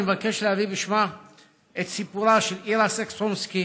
אני מבקש להביא בשמה את סיפורה של אירה סקסונסקי,